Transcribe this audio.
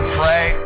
pray